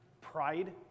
pride